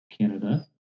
Canada